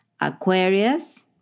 Aquarius